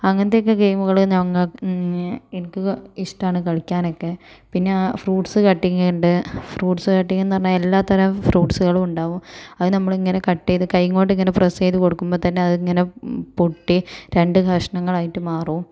അങ്ങനത്തെയൊക്കെ ഗെയിമുകള് ഞ്ഞങ്ങൾക്ക് എനിക്ക് ഇഷ്ടാണ് കളിക്കാനൊക്കെ പിന്നെ ഫ്രൂട്ട്സ് കട്ടിങ് ഉണ്ട് ഫ്രൂട്ട്സ് കട്ടിങ്ന്ന് പറഞ്ഞാൽ എല്ലാത്തരം ഫ്രൂട്ട്സുകളും ഉണ്ടാവും അത് നമ്മളിങ്ങനെ കട്ട് ചെയ്തു കയ്യിങ്ങോണ്ടിങ്ങനെ പ്രസ് ചെയ്ത് കൊടുക്കുമ്പോൾ തന്നെ അതിങ്ങനെ പൊട്ടി രണ്ട് കഷ്ണങ്ങളായിട്ട് മാറും